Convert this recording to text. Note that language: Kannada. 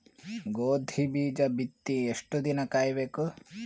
ಗೋಧಿ ಬೀಜ ಬಿತ್ತಿ ಎಷ್ಟು ದಿನ ಕಾಯಿಬೇಕು?